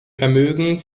vermögen